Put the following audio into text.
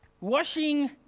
washing